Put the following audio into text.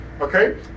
Okay